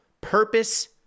purpose